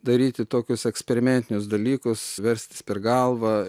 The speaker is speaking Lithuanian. daryti tokius eksperimentinius dalykus verstis per galvą